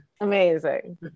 Amazing